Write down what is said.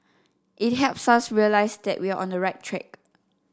it helps us realise that we're on the right track